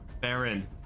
Baron